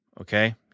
okay